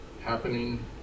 happening